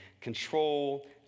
control